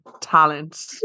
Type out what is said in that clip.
talent